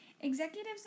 Executives